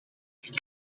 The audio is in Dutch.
dat